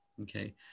Okay